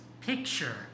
picture